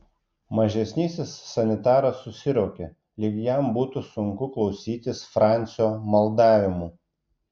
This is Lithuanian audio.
mažesnysis sanitaras susiraukė lyg jam būtų sunku klausytis francio maldavimų